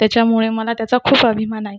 त्याच्यामुळे मला त्याचा खूप आहे अभिमान आहे